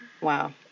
wow